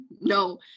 No